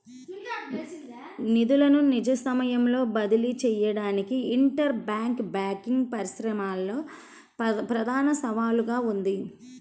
నిధులను నిజ సమయంలో బదిలీ చేయడానికి ఇంటర్ బ్యాంక్ బ్యాంకింగ్ పరిశ్రమలో ప్రధాన సవాలుగా ఉంది